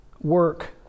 work